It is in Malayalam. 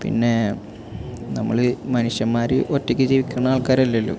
പിന്നേ നമ്മൾ മനിഷ്യന്മാർ ഒറ്റയ്ക്ക് ജീവിക്കുന്ന ആൾക്കാർ അല്ലല്ലോ